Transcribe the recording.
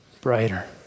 Brighter